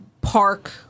park